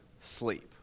sleep